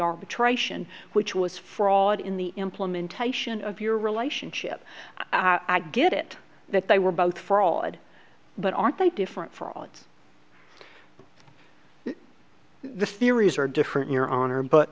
arbitration which was fraud in the implementation of your relationship i get it that they were both fraud but aren't they different for all odds the theories are different in your honor but